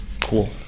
Cool